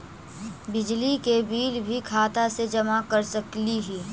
बिजली के बिल भी खाता से जमा कर सकली ही?